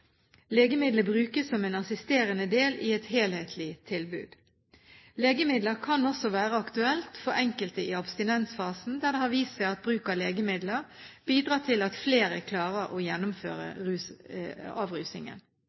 som en assisterende del i et helhetlig tilbud. Legemidler kan også være aktuelt for enkelte i abstinensfasen, der det har vist seg at bruk av legemidler bidrar til at flere klarer å gjennomføre avrusningen.